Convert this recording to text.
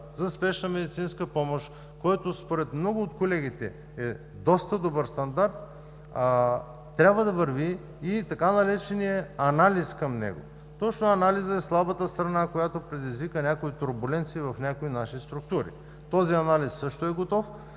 за спешна медицинска помощ, който според много от колегите е доста добър стандарт, трябва да върви и така нареченият „анализ“ към него. Точно анализът е слабата страна, която предизвика някои турболенции в някои наши структури. Този анализ също е готов